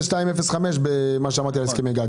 02-05, הסכמי גג.